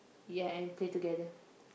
yeah and play together